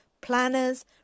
planners